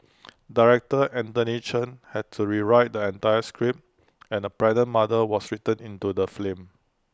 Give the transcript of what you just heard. Director Anthony Chen had to rewrite the entire script and A pregnant mother was written into the film